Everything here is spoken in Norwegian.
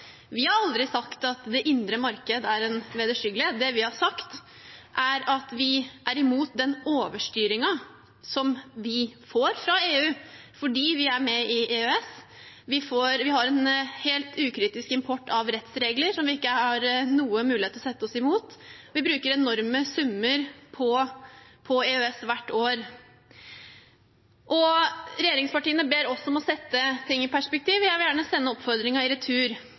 Vi har aldri sagt at det indre marked er en vederstyggelighet. Det vi har sagt, er at vi er imot den overstyringen som vi får fra EU fordi vi er med i EØS. Vi har en helt ukritisk import av rettsregler som vi ikke har noen mulighet til å sette oss imot. Vi bruker enorme summer på EØS hvert år. Regjeringspartiene ber oss om å sette ting i perspektiv. Jeg vil gjerne sende oppfordringen i retur.